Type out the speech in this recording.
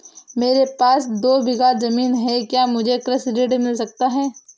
मेरे पास दो बीघा ज़मीन है क्या मुझे कृषि ऋण मिल सकता है?